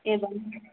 एवं